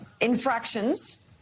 infractions